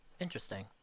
Interesting